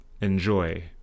enjoy